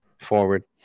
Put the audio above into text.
forward